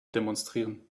demonstrieren